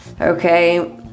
Okay